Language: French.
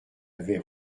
avait